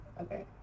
okay